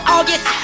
August